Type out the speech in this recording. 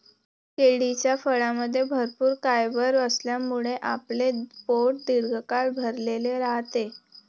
केळीच्या फळामध्ये भरपूर फायबर असल्यामुळे आपले पोट दीर्घकाळ भरलेले राहते